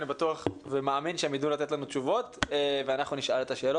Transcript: אני בטוח ומאמין שהם יידעו לתת לנו תשובות ואנחנו נשאל את השאלות.